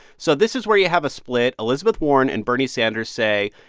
so this is where you have a split. elizabeth warren and bernie sanders say,